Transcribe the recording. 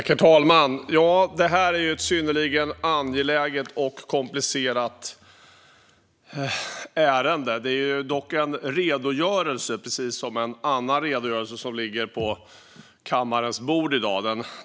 Herr talman! Detta är ett synnerligen angeläget och komplicerat ärende. Det är dock en redogörelse. Det är också en annan redogörelse som ligger på kammarens bord i dag.